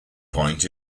point